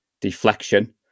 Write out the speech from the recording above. deflection